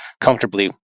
comfortably